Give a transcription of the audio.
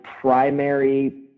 primary